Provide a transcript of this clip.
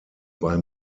bei